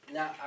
Now